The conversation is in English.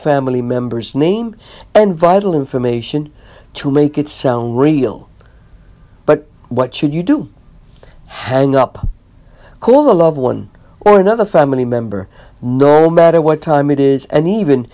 family member's name and vital information to make it sound real but what should you do hang up call a loved one or another family member no matter what time it is and even